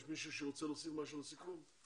יש מישהו שרוצה להוסיף עוד משהו לסיכום?